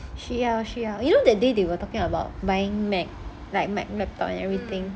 需要需要 you know that day they were talking about buying mac like mac laptop and everything